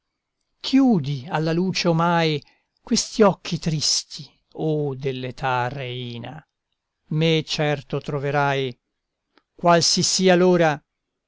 chiudi alla luce omai questi occhi tristi o dell'età reina me certo troverai qual si sia l'ora